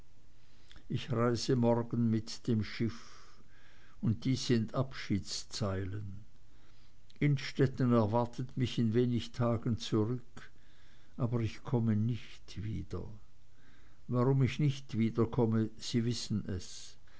ich reise morgen mit dem schiff und dies sind abschiedszeilen innstetten erwartet mich in wenigen tagen zurück aber ich komme nicht wieder warum ich nicht wiederkomme sie wissen es